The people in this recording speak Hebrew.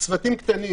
צוותים קטנים,